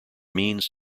means